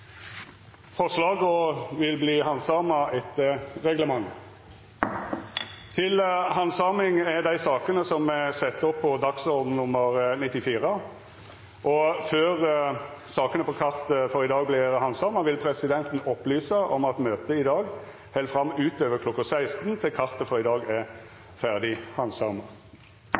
Forslaga vil verta handsama etter reglementet. Før sakene på dagens kart vert tekne opp til handsaming, vil presidenten opplysa om at Stortingets møte i dag fortset utover kl. 16 til kartet for i dag er ferdig handsama.